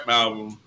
album